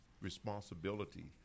responsibility